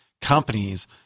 companies